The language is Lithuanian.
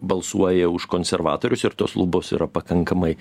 balsuoja už konservatorius ir tos lubos yra pakankamai